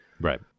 right